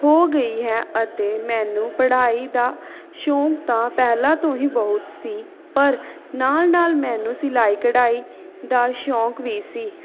ਹੋ ਗਈ ਹੈ ਅਤੇ ਮੈਨੂੰ ਪੜ੍ਹਾਈ ਦਾ ਸ਼ੌਕ ਤਾਂ ਪਹਿਲਾਂ ਤੋਂ ਹੀ ਬਹੁਤ ਸੀ ਪਰ ਨਾਲ ਨਾਲ ਮੈਨੂੰ ਸਿਲਾਈ ਕਢਾਈ ਦਾ ਸ਼ੌਕ ਵੀ ਸੀ